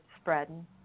spreading